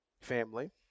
Family